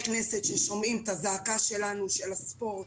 כנסת ששומעים את הזעקה שלנו של הספורט,